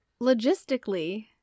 logistically